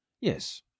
Yes